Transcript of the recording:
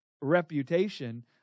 reputation